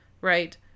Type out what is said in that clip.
Right